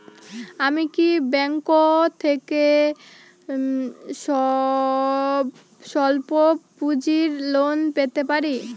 আমি কি ব্যাংক থেকে স্বল্প পুঁজির লোন পেতে পারি?